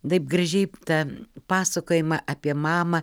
taip gražiai tą pasakojimą apie mamą